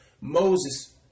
Moses